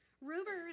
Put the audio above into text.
Rumors